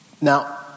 Now